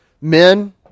Men